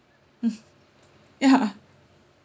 mm ya